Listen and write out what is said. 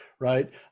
right